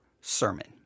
sermon